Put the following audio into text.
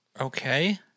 Okay